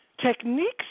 techniques